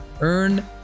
Earn